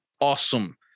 Awesome